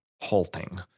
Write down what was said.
halting